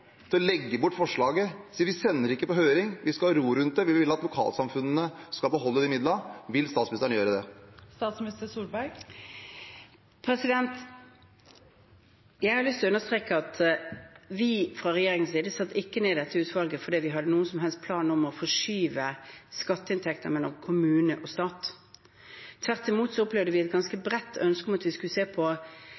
til å legge bort forslaget og si: Vi sender ikke dette på høring – vi skal ha ro rundt det, vi vil at lokalsamfunnene skal beholde de midlene. Vil statsministeren gjøre det? Jeg har lyst til å understreke at vi fra regjeringens side ikke satte ned dette utvalget fordi vi hadde noen som helst plan om å forskyve skatteinntekter mellom kommuner og stat. Tvert imot opplevde vi et ganske